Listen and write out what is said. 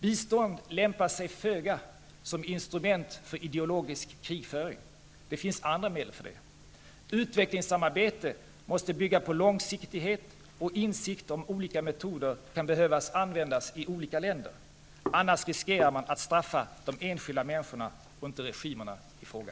Biståndet lämpar sig föga som instrument för ideologisk krigföring. Det finns andra medel för det. Utvecklingssamarbete måste bygga på långsiktighet och insikt om att olika metoder kan behöva användas i olika länder. Annars riskerar man att straffa de enskilda människorna och inte regimerna i fråga.